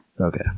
Okay